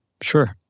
Sure